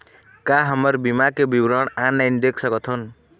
का हमर बीमा के विवरण ऑनलाइन देख सकथन?